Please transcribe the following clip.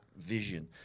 vision